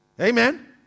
Amen